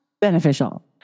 beneficial